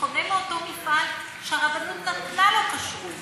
שקונה מאותו מפעל שהרבנות נתנה לו כשרות,